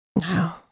no